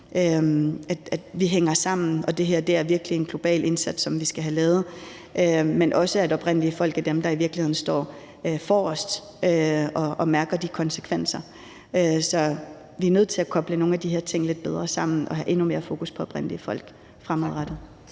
at vi hænger sammen, og at det her virkelig er en global indsats, som vi skal have lavet, men også, at oprindelige folk er dem, der i virkeligheden står forrest og mærker de konsekvenser. Så vi er nødt til at koble nogle af de her ting lidt bedre sammen og have endnu mere fokus på oprindelige folk fremadrettet.